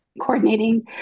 coordinating